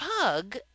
pug